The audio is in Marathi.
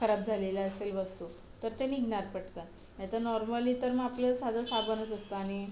खराब झालेल्या असेल वस्तू तर ते निघणार पटकन नाहीतर नॉर्मली तर मग आपलं साधं साबणच असतं आणि